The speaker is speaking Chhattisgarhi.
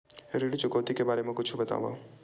ऋण चुकौती के बारे मा कुछु बतावव?